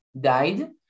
died